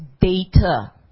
data